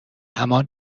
همان